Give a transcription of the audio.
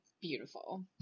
Beautiful